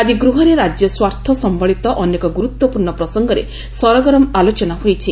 ଆକି ଗୃହରେ ରାଜ୍ୟ ସ୍ୱାର୍ଥ ସମ୍ୟଳିତ ଅନେକ ଗୁରୁତ୍ୱପୂର୍ଶ୍ଣ ପ୍ରସଙ୍ଗରେ ସରଗରମ ଆଲୋଚନା ହୋଇଛି